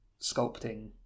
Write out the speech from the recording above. sculpting